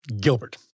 Gilbert